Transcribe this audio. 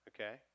Okay